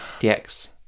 DX